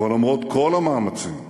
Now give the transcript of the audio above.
אבל למרות כל המאמצים,